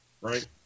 right